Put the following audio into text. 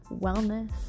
wellness